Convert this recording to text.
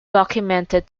documented